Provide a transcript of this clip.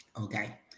Okay